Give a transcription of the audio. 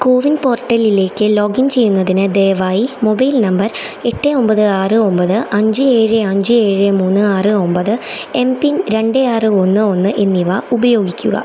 കോവിൻ പോർട്ടലിലേക്ക് ലോഗിൻ ചെയ്യുന്നതിന് ദയവായി മൊബൈൽ നമ്പർ എട്ട് ഒമ്പത് ആറ് ഒമ്പത് അഞ്ച് ഏഴ് അഞ്ച് ഏഴ് മൂന്ന് ആറ് ഒമ്പത് എം പിൻ രണ്ട് ആറ് ഒന്ന് ഒന്ന് എന്നിവ ഉപയോഗിക്കുക